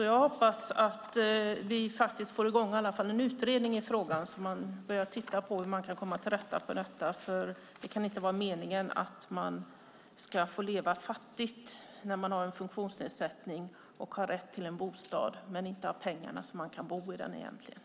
Jag hoppas att vi i alla fall får i gång en utredning i frågan, så att man börjar titta på hur man kan komma till rätta med detta, för det kan inte vara meningen att människor ska få leva fattigt när de har en funktionsnedsättning. De har rätt till en bostad men har egentligen inte pengar så att de kan bo i den.